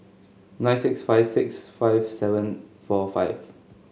nine six five six five seven four five